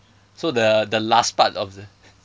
so the the last part of the